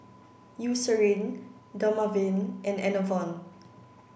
Eucerin Dermaveen and Enervon